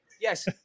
Yes